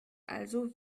also